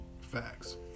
facts